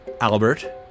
Albert